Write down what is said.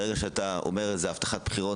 ברגע שאתה אומר איזו הבטחת בחירות,